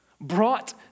brought